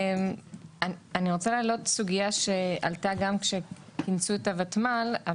אני רוצה להעלות סוגייה שעלתה גם כשאימצו את הותמ"ל.